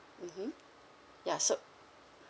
mmhmm ya so